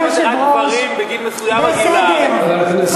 למה זה רק גברים בגיל מסוים מגיעים לארץ?